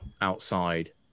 outside